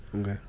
Okay